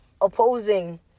opposing